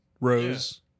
Rose